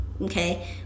okay